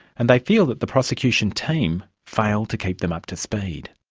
and they feel that the prosecution team failed to keep them up to speed.